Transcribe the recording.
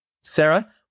Sarah